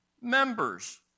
members